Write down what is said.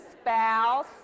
spouse